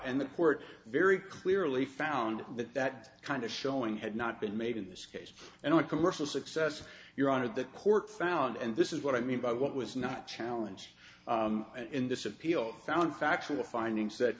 and the court very clearly found that that kind of showing had not been made in this case and in a commercial success your honor the court found and this is what i mean by what was not challenge in this appeal found factual findings that